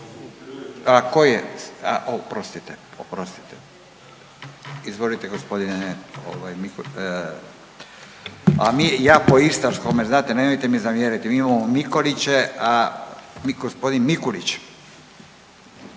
A koji? Oprostite, oprostite. Izvolite gospodine …, a mi ja po istarskome znate nemojte mi zamjeriti, mi imamo Mikoliće, a g. Mikulić.